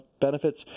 benefits